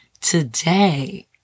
Today